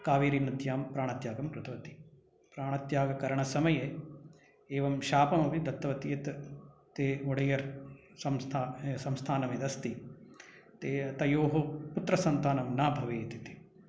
कावेरीनद्यां प्राणत्यागं कृतवती प्राणत्यागकरणसमये एवं शापमपि दत्तवती यत् ते ओडेयर् संस्था संस्थानं यदस्ति ते तयोः पुत्रसन्तानं न भवेदिति